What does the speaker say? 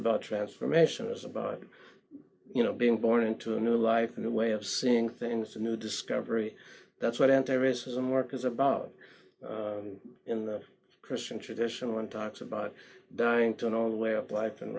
about transformation is about you know being born into a new life a new way of seeing things a new discovery that's what anti racism work is about in the christian tradition one talks about dying to know the way of life and